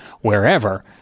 wherever